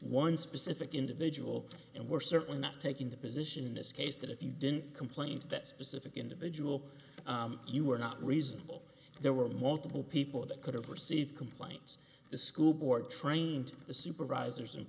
one specific individual and we're certainly not taking the position in this case that if you didn't complain to that specific individual you were not reasonable there were multiple people that could have received complaints the school board trained the supervisors and